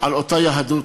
על אותה יהדות,